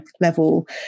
level